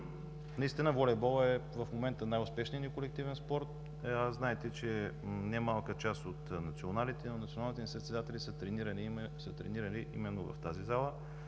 Наистина волейболът в момента е най-успешният ни колективен спорт. Знаете, че немалка част от националните ни състезатели са тренирали именно в тази зала.